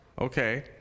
Okay